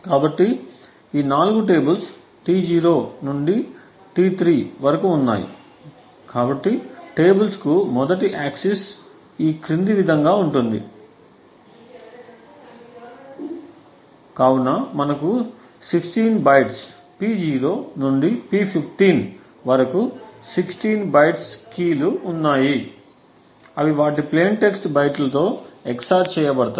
కాబట్టి ఈ 4 tables T0 నుండి T3 వరకు ఉన్నాయి కాబట్టి టేబుల్స్ కు మొదటి ఆక్సిస్ ఈ క్రింది విధంగా ఉంటుంది కాబట్టి మనకు 16 బైట్స్ P0 నుండి P15 వరకు మరియు 16 బైట్స్ కీలు ఉన్నాయి అవి వాటి ప్లేయిన్ టెక్స్ట్ బైట్లతో XOR చేయబడతాయి